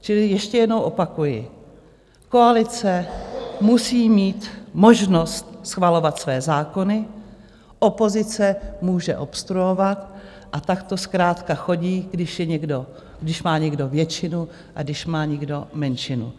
Čili ještě jednou opakuji, koalice musí mít možnost schvalovat své zákony, opozice může obstruovat, tak to zkrátka chodí, když má někdo většinu a když má někdo menšinu.